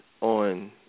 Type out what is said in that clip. on